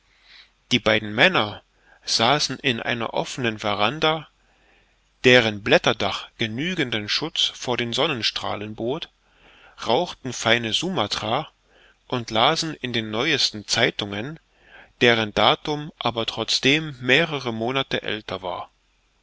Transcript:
die beiden männer saßen in einer offenen verandah deren blätterdach genügenden schutz vor den sonnenstrahlen bot rauchten feine sumatra und lasen in den neuesten zeitungen deren datum aber trotzdem mehrere monate älter war